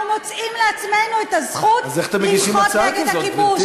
את מסבירה לנו למה אתם בעד.